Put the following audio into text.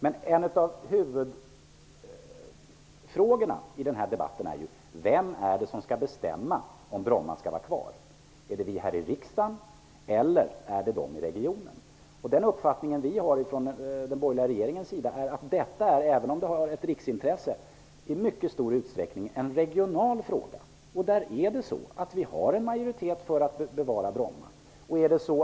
En av huvudfrågorna i denna debatt är vem som skall bestämma huruvida Bromma skall få vara kvar, vi här i riksdagen eller beslutsfattarna i regionen. Den borgerliga regeringens uppfattning är att detta, även om det är av nationellt intresse, i mycket stor utsträckning är en regional fråga. Vi har regionalt en majoritet för att bevara Bromma flygplats.